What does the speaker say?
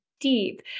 deep